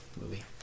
movie